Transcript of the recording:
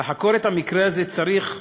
לחקור את המקרה הזה צריך,